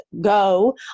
go